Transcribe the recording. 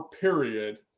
period